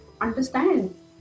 understand